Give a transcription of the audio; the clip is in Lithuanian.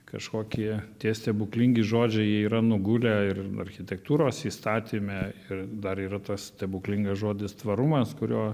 kažkokie tie stebuklingi žodžiai jie yra nugulę ir architektūros įstatyme ir dar yra tas stebuklingas žodis tvarumas kurio